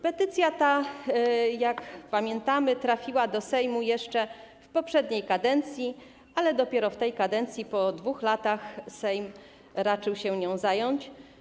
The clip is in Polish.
Petycja ta, jak pamiętamy, trafiła do Sejmu jeszcze w poprzedniej kadencji, ale dopiero w tej kadencji, po 2 latach, Sejm raczył się nią zająć.